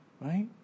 Right